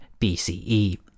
BCE